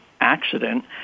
accident